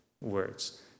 words